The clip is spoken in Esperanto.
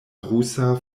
rusa